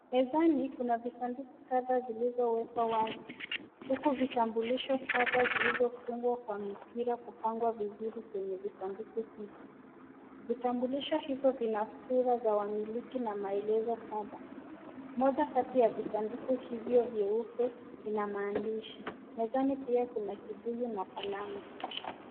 Mezani kuna visanduku kadhaa zilizowekwa wazi uku vitambulisho kadha zilizofungwa kwa mipira kupangwa vizuri kwenye visanduku hivi. Vitambulisho hivyo vina sura za wamiliki na maelezo kadha .Moja Kati ya visanduku hivyo vyeupe vinamaandishi mezani pia kuna kibuyu na kalamu.